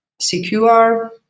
secure